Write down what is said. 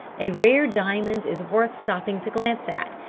a rare diamond is worth stopping to glance at,